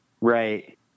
Right